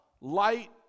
Light